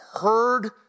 heard